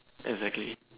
exactly